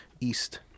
east